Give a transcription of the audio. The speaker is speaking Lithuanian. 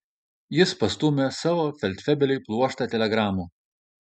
jis pastūmė savo feldfebeliui pluoštą telegramų